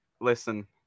Listen